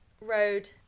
Road